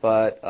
but